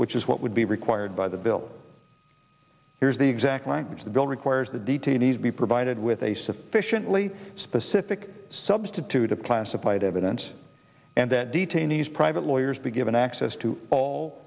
which is what would be required by the bill here's the exact language the bill requires the detainees be provided with a sufficiently specific substitute of classified evidence and that detainees private lawyers be given access to all